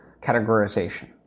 categorization